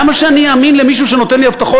למה שאני אאמין למישהו שנותן לי הבטחות